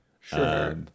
Sure